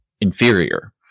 inferior